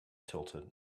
tilted